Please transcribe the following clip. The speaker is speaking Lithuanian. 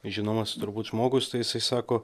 žinomas turbūt žmogus tai jisai sako